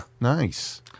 Nice